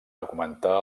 augmentar